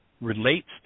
relates